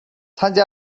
参加